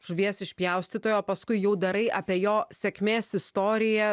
žuvies išpjaustytoją o paskui jau darai apie jo sėkmės istoriją